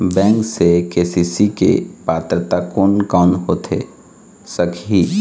Bank से KCC के पात्रता कोन कौन होथे सकही?